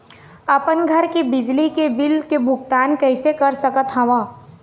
अपन घर के बिजली के बिल के भुगतान कैसे कर सकत हव?